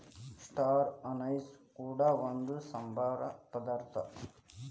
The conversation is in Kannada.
ಸ್ಟಾರ್ ಅನೈಸ್ ಕೂಡ ಒಂದು ಸಾಂಬಾರ ಪದಾರ್ಥ